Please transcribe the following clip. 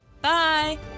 Bye